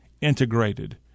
integrated